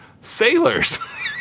sailors